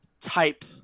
type